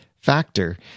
factor